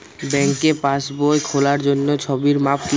ব্যাঙ্কে পাসবই খোলার জন্য ছবির মাপ কী?